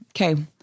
Okay